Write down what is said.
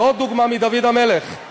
ועוד דוגמה מדוד המלך: